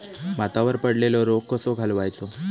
भातावर पडलेलो रोग कसो घालवायचो?